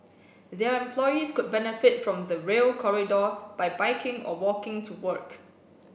their employees could benefit from the Rail Corridor by biking or walking to work